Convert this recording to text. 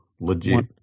legit